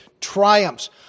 triumphs